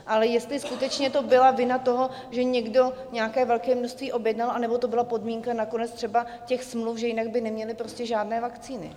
Ale jestli skutečně to byla vina toho, že někdo nějaké velké množství objednal, anebo to byla podmínka nakonec třeba těch smluv, že jinak by neměli prostě žádné vakcíny.